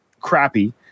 crappy